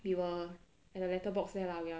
we were at the letter there lah we are